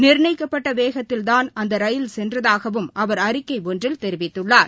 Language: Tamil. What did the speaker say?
நிர்ணயிக்கப்பட்ட வேகத்தில்தான் அந்த ரயில் சென்றதாகவும் அவர் அஅறிக்கை ஒன்றில் தெரிவித்துள்ளார்